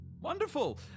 wonderful